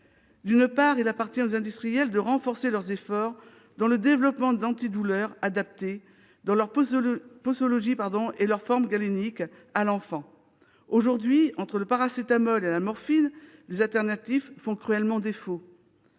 D'une part, il appartient aux industriels de renforcer leurs efforts dans le développement d'antidouleurs adaptés, dans leur posologie et leur forme galénique, à l'enfant. Aujourd'hui, entre le paracétamol et la morphine, les alternatives font cruellement défaut.